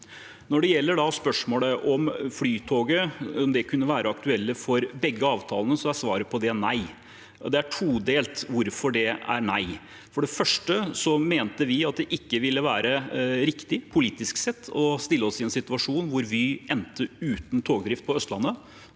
Når det gjelder spørsmålet om Flytoget kunne være aktuelt for begge avtalene, er svaret på det nei, og grunnen til det er todelt: For det første mente vi at det ikke ville være riktig politisk sett å stille oss i en situasjon hvor Vy endte uten togdrift på Østlandet.